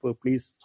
please